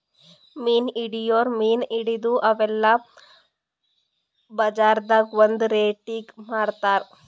ಮೀನ್ ಹಿಡಿಯೋರ್ ಮೀನ್ ಹಿಡದು ಅವೆಲ್ಲ ಬಜಾರ್ದಾಗ್ ಒಂದ್ ರೇಟಿಗಿ ಮಾರ್ತಾರ್